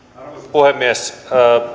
puhemies